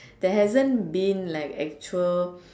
there hasn't been like actual